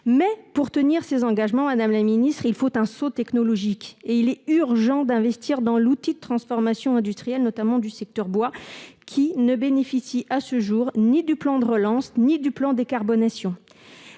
pour tenir ces engagements, il faut un saut technologique et il est urgent d'investir dans l'outil de transformation industrielle, notamment du secteur bois qui ne bénéficie à ce jour ni du plan de relance ni du plan décarbonation.